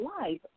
life